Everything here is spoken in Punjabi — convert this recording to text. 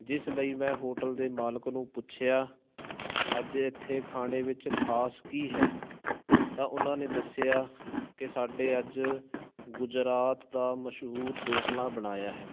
ਜਿਸ ਲਈ ਮੈਂ ਹੋਟਲ ਦੇ ਮਾਲਕ ਨੂੰ ਪੁੱਛਿਆ ਅੱਜ ਇੱਥੇ ਖਾਣੇ ਵਿੱਚ ਖਾਸ ਕੀ ਹੈ ਤਾਂ ਉਹਨਾਂ ਨੇ ਦੱਸਿਆ ਕਿ ਸਾਡੇ ਅੱਜ ਗੁਜਰਾਤ ਦਾ ਮਸ਼ਹੂਰ ਢੋਕਲਾ ਬਣਾਇਆ ਹੈ